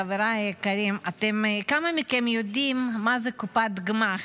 חבריי היקרים, כמה מכם יודעים מה זה קופת גמ"ח?